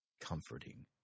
comforting